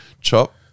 Chop